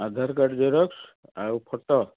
ଆଧାର card xerox ଆଉ photo